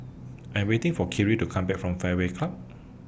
I'm waiting For Kyree to Come Back from Fairway Club